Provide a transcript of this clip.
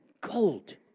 gold